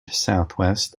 southwest